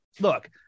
look